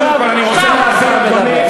אין דיון.